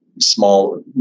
small